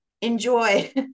enjoy